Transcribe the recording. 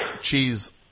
cheese